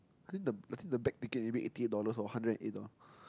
I think the I think the back ticket you paid eighty dollars or hundred and eight dollars